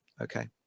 okay